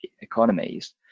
economies